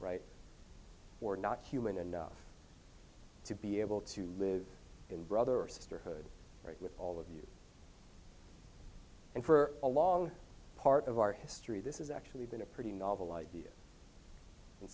right or not human enough to be able to live in brother or sister hood or with all of you and for a long part of our history this is actually been a pretty novel idea and